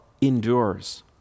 endures